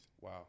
Wow